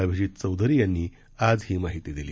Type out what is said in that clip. अभिजित चौधरी यांनी आज ही माहिती दिली